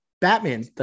Batman